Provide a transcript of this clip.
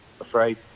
afraid